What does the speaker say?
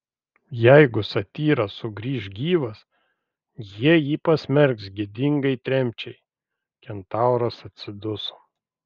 jeigu satyras sugrįš gyvas jie jį pasmerks gėdingai tremčiai kentauras atsiduso